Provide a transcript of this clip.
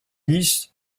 dix